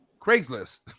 craigslist